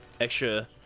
extra